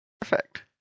Perfect